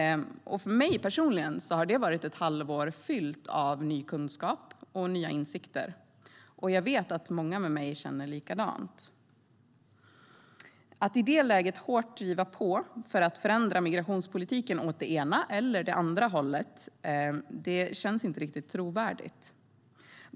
För mig personligen har det varit ett halvår fyllt av ny kunskap och nya insikter, och jag vet att många med mig känner likadant. Att i det läget hårt driva på för att förändra migrationspolitiken åt det ena eller det andra hållet vore inte riktigt trovärdigt.